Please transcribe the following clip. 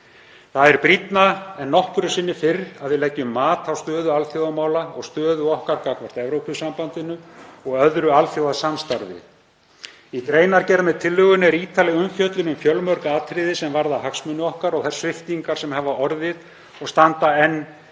Það er brýnna en nokkru sinni fyrr að við leggjum mat á stöðu alþjóðamála og stöðu okkar gagnvart Evrópusambandinu og öðru alþjóðasamstarfi. Í greinargerð með tillögunni er ítarleg umfjöllun um fjölmörg atriði sem varða hagsmuni okkar og þær sviptingar sem hafa orðið og standa enn